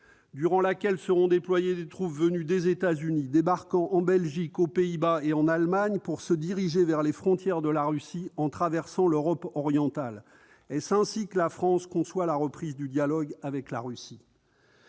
conduiront au déploiement de troupes venues des États-Unis, débarquant en Belgique, aux Pays-Bas et en Allemagne pour se diriger vers les frontières de la Russie, en traversant l'Europe orientale. Est-ce ainsi que la France conçoit la reprise du dialogue avec la Russie ?